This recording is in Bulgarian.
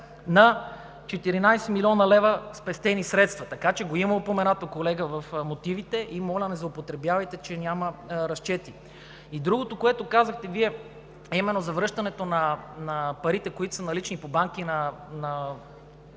на 14 млн. лв. спестени средства.“ Така че го има упоменато, колега, в мотивите и моля, не злоупотребявайте, че няма разчети. Другото, което казахте Вие – именно за връщането на парите, които са налични по банки, на